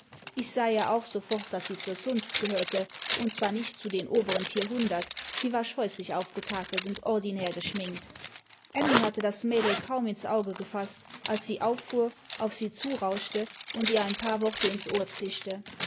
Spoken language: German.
ich sah ja auch sofort daß sie zur zunft gehörte und zwar nicht zu den oberen vierhundert sie war scheußlich aufgetakelt und ordinär geschminkt emmy hatte das mädel kaum ins auge gefaßt als sie auffuhr auf sie zurauschte und ihr ein paar worte ins ohr zischte